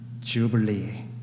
Jubilee